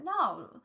no